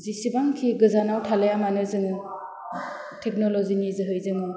जिसिबांखि गोजानाव थालाया मानो जोङो टेक्नल'जिनि जोहै जोङो